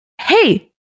hey